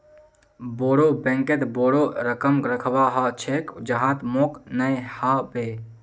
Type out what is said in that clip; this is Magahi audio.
बोरो बैंकत बोरो रकम रखवा ह छेक जहात मोक नइ ह बे